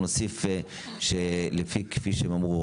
נוסיף כפי שהם אמרו,